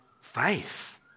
faith